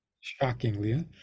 shockingly